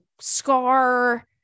scar